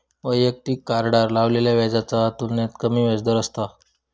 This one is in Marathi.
वैयक्तिक कार्डार लावलेल्या व्याजाच्या तुलनेत कमी व्याजदर असतत